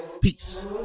Peace